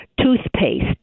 toothpaste